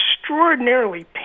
extraordinarily